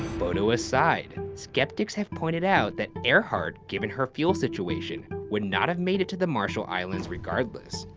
photo aside, skeptics have pointed out that earhart, given her fuel situation, would not have made it to the marshall islands, regardless.